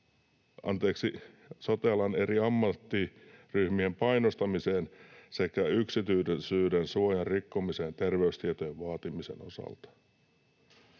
julmasti sote-alan eri ammattiryhmien painostamiseen sekä yksityisyyden suojan rikkomiseen terveystietojen vaatimisen osalta.”